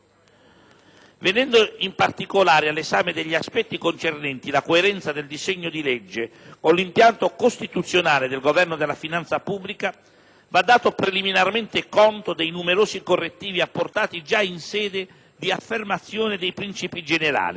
Venendo in particolare all'esame degli aspetti concernenti la coerenza del disegno di legge con l'impianto costituzionale del Governo della finanza pubblica, va dato preliminarmente conto dei numerosi correttivi apportati già in sede di affermazione dei principi generali.